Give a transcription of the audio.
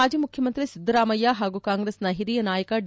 ಮಾಜಿ ಮುಖ್ಯಮಂತ್ರಿ ಸಿದ್ದರಾಮಯ್ಯ ಹಾಗೂ ಕಾಂಗ್ರೆಸ್ ಹಿರಿಯ ನಾಯಕ ಡಿ